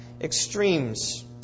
extremes